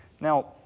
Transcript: Now